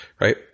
right